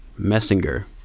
Messinger